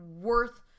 worth